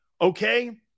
okay